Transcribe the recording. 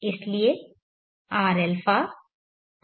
इसलिए rα cos π3